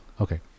okay